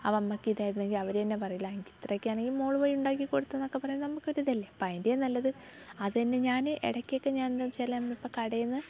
അവമ്മക്ക് ഇതായിരുന്നെങ്കിൽ അവർ തന്നെ പറയില്ലേ ആ എങ്കിൽ ഇത്ര ഒക്കെ ആണെങ്കിൽ മോൾ പോയി ഉണ്ടാക്കി കൊടുത്തോ എന്നൊക്കെ പറയുമ്പോൾ നമുക്കൊരിതല്ലേ അപ്പോൾ അതിൻ്റെലും നല്ലത് അത് തന്നെ ഞാൻ ഇടയ്ക്കൊക്കെ ഞാനെന്ന് വെച്ചാൽ ഇപ്പം കടയിൽനിന്ന്